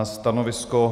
Stanovisko?